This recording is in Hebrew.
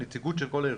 עם נציגות של הארגונים.